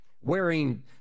wearing